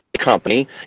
company